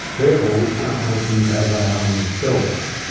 therefore we cannot know things as they are in themselves.